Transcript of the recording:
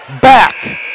back